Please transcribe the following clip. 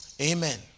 Amen